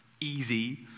easy